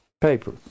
paper